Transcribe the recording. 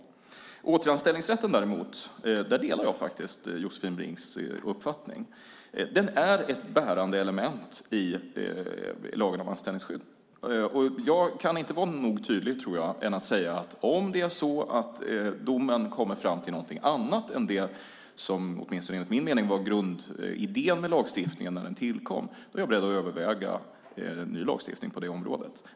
När det däremot gäller återanställningsrätten delar jag Josefin Brinks uppfattning. Den är ett bärande element i lagen om anställningsskydd. Jag tror att jag inte kan vara tydligare än att säga att om domen kommer fram till någonting annat än det som, åtminstone enligt min mening, var grundidén med lagstiftningen när den tillkom, är jag beredd att överväga en ny lagstiftning på området.